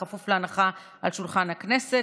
בכפוף להנחה על שולחן הכנסת.